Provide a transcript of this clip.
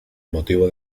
motivo